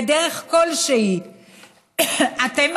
בדרך כלשהי,